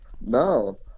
no